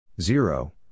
Zero